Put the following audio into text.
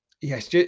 yes